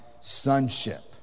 sonship